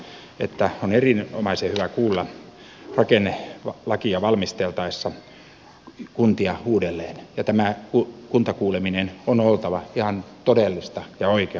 on sanottava että on erinomaisen hyvä kuulla rakennelakia valmisteltaessa kuntia uudelleen ja tämän kuntakuulemisen on oltava ihan todellista ja oikeata